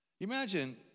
Imagine